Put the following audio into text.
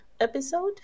episode